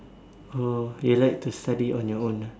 oh you like to study on your own ah